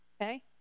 Okay